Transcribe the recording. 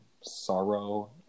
sorrow